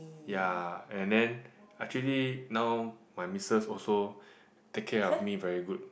ya and then actually now my missus also take care of me very good